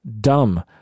dumb